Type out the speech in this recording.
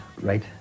Right